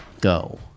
go